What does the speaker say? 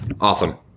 Awesome